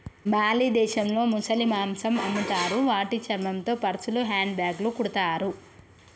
Bali దేశంలో ముసలి మాంసం అమ్ముతారు వాటి చర్మంతో పర్సులు, హ్యాండ్ బ్యాగ్లు కుడతారు